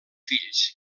fills